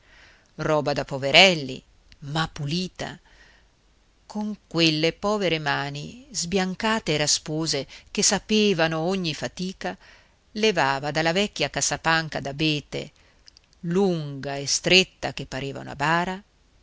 roba da poverelli ma pulita con quelle povere mani sbiancate e raspose che sapevano ogni fatica levava dalla vecchia cassapanca d'abete lunga e stretta che pareva una bara